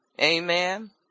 Amen